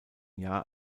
jahr